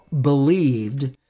believed